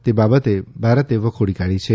તે બાબતને ભારતે વખોડી કાઢી છે